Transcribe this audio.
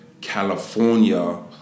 California